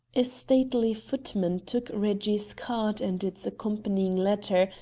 a stately footman took reggie's card and its accompanying letter,